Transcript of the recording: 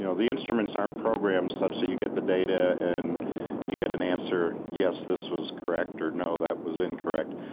you know the instruments aren't programmed such that you get the data and you get an answer yes, this was correct' or no, that was incorrect',